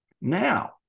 Now